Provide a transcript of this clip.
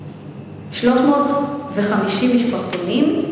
300 משפחתונים?